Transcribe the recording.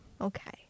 Okay